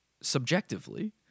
subjectively